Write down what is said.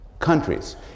countries